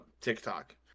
TikTok